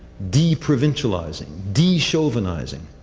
deprovincializing. dechauvinizing.